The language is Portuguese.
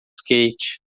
skate